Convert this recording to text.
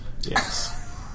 Yes